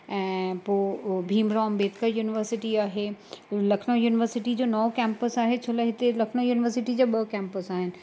ऐं पोइ भीम राओ अंबेडकर यूनिवर्सिटी आहे लखनऊ यूनिवर्सिटी जो नओं कैंपस आहे छो लाइ हिते लखनऊ यूनिवर्सिटी जा ॿ कैंपस आहिनि